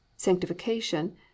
Sanctification